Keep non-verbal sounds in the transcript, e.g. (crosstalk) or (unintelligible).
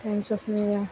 (unintelligible)